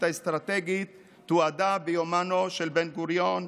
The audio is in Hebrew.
האסטרטגית תועדה ביומנו של בן-גוריון.